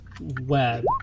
web